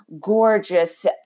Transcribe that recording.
gorgeous